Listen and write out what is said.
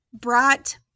brought